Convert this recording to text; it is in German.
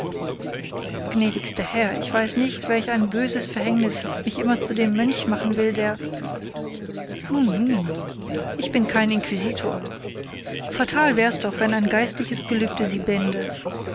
gnädigster herr ich weiß nicht welch ein böses verhängnis mich immer zu dem mönch machen will der nun nun ich bin kein inquisitor fatal wär's doch wenn ein geistliches gelübde